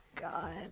God